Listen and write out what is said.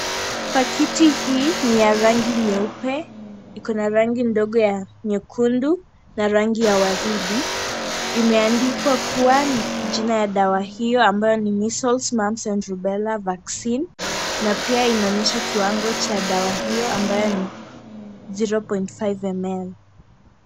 Pakiti hii ni ya rangi nyeupe ikona rangi ndogo ya nyekundu na rangi ya waridi , imeandikwa kuwa jina ya dawa hiyo ambayo ni maesles mumps and rubela vaccine na pia inaonyesha kiwango cha dawa hiyo ambayo ni zero point five ML .